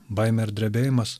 baimė ir drebėjimas